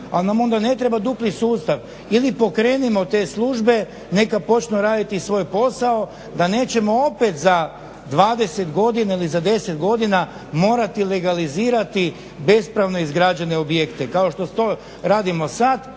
ali onda nam ne treba dupli sustav. Ili pokrenimo te službe neka počnu raditi svoj posao da nećemo opet za 20 godina ili za 10 godina morati legalizirati bespravno izgrađene objekta kao što to radimo sada,